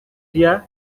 dia